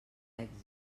èxits